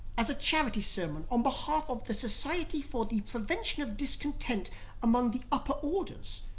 as a charity sermon on behalf of the society for the prevention of discontent among the upper orders.